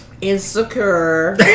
insecure